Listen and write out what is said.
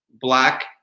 black